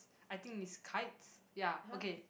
I think is kites ya okay